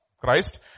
Christ